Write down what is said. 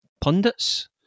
pundits